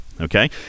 okay